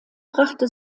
brachte